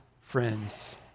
friends